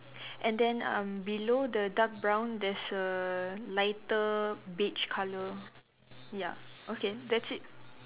and then um below the dark brown there's a lighter beige color ya okay that's it